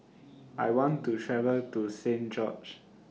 I want to travel to Saint George's